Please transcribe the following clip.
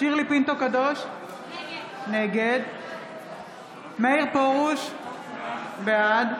שירלי פינטו קדוש, נגד מאיר פרוש, בעד